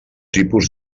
tipus